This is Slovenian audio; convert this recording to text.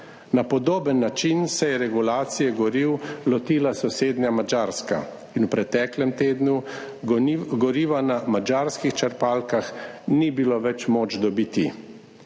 Na podoben način se je regulacije goriv lotila sosednja Madžarska in v preteklem tednu goriva na madžarskih črpalkah ni bilo več moč dobiti